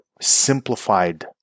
simplified